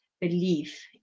belief